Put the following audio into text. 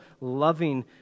loving